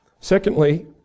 Secondly